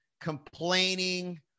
complaining